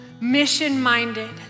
mission-minded